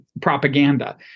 propaganda